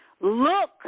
Look